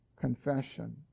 confession